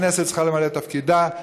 הכנסת צריכה למלא את תפקידה,